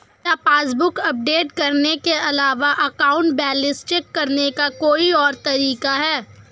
क्या passbook update करने के अलावा अकाउंट बैलेंस चेक करने का कोई और तरीका है?